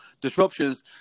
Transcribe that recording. disruptions